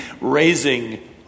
raising